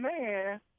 man